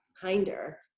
kinder